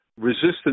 resistance